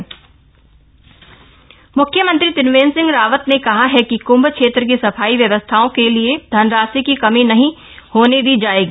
CM कंभ म्ख्यमंत्री त्रिवेन्द्र सिंह रावत ने कहा है कि कुम्भ क्षेत्र की सफाई व्यवस्था के लिए धनराशि की कमी नहीं होनी दी जाएगी